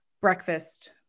breakfast